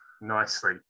nicely